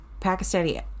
pakistani